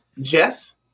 Jess